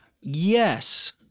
Yes